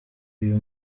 uyu